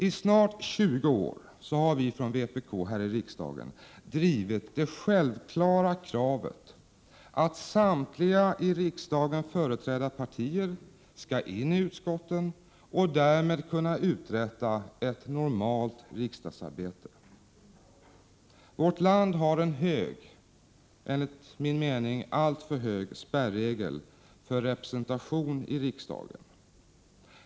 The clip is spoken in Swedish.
I snart tjugo år har vpk här i riksdagen drivit det självklara kravet att samtliga i riksdagen företrädda partier skall få platser i utskotten och därmed kunna uträtta ett normalt riksdagsarbete. Vårt land har en hög, enligt min mening alltför hög, spärregel för representation i riksdagen.